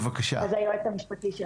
היועץ המשפטי של